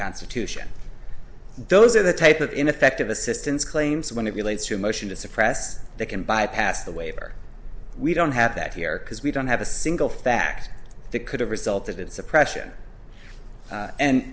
constitution those are the type of ineffective assistance claims when it relates to a motion to suppress they can bypass the waiver we don't have that here because we don't have a single fact that could have resulted in suppress